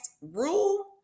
rule